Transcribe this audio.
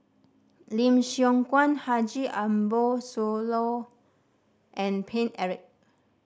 Lim Siong Guan Haji Ambo Sooloh and Paine Eric